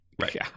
right